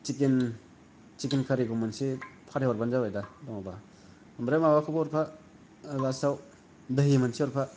सिकेन खारिखौ मोनसे फाथाय हरबानो जाबाय दा दङबा ओमफ्राय माबाखौबो हरफा लासआव धोहि मोनसे हरफा